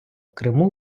криму